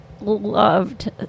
loved